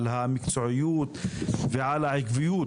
על המקצועיות ועל העקביות